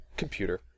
computer